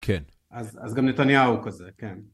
כן. אז גם נתניהו הוא כזה, כן.